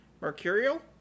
mercurial